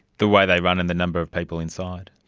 the way they run and the number of people inside.